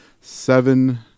seven